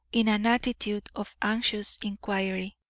in an attitude of anxious inquiry.